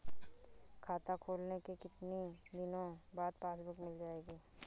खाता खोलने के कितनी दिनो बाद पासबुक मिल जाएगी?